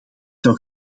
zou